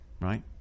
right